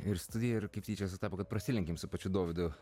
ir studija ir kaip tyčia sutapo kad prasilenkėm su pačiu dovydu